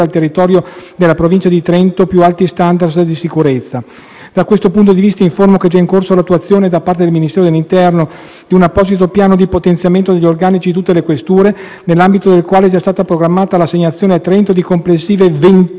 Da questo punto di vista informo che è già in corso l'attuazione, da parte del Ministero dell'interno, di un apposito piano di potenziamento degli organici di tutte le questure, nell'ambito del quale è stata già programmata l'assegnazione a Trento di complessive 21 unità di personale, delle quali 12 già assegnate ad ottobre scorso,